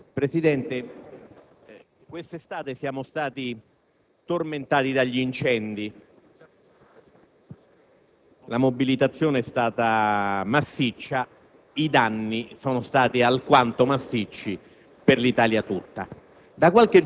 Presidente, questa estate siamo stati tormentati dagli incendi: la mobilitazione è stata massiccia, ma i danni sono stati ingenti per l'Italia tutta.